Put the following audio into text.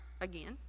again